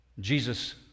Jesus